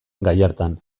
gallartan